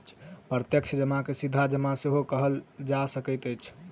प्रत्यक्ष जमा के सीधा जमा सेहो कहल जा सकैत अछि